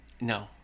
No